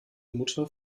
mutter